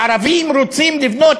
הערבים רוצים לבנות